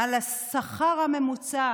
על השכר הממוצע